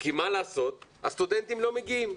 כי מה לעשות, הסטודנטים לא מגיעים,